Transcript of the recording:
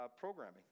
programming